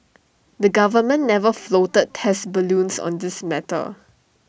the government never floated test balloons on this matter